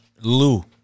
Lou